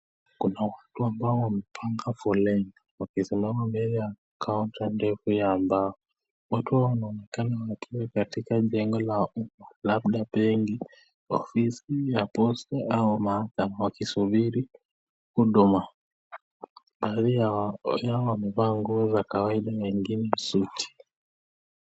Kuna watu ambao wamepanga foleni wakisimama mbele ya counter ndefu ya mbao, watu hao wanaonekana wakiwa katika jengo la umma labda banki, ofisi ya posta au mahakama wakisubiri huduma baadhi yao wamevaa nguo za kawaida na wengine suti.